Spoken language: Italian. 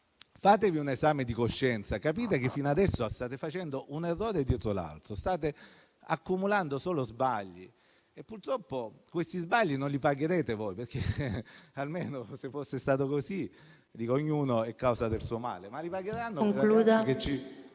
Fatevi un esame di coscienza, capite che fino adesso state facendo un errore dietro l'altro, state accumulando solo sbagli e purtroppo questi sbagli non li pagherete voi, perché se fosse stato così, si dice che ognuno è causa del suo male, ma li pagheranno quei